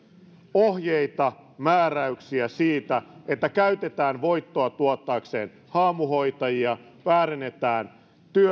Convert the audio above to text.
ohjeita määräyksiä siitä että käytetään voiton tuottamiseen haamuhoitajia väärennetään